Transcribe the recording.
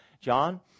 John